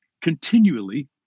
continually